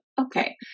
Okay